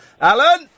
Alan